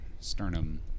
sternum